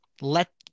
let